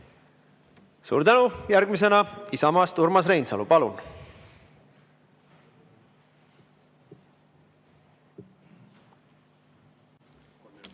Suur tänu! Järgmisena Isamaast Urmas Reinsalu, palun!